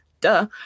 Duh